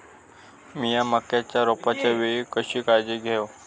मीया मक्याच्या रोपाच्या वेळी कशी काळजी घेव?